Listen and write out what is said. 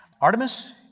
Artemis